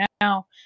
now